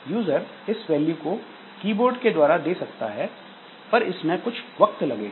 user इस value को keyboard के द्वारा दे सकता है पर इसमें कुछ वक्त लगेगा